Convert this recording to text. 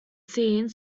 scene